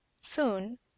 Soon